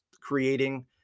creating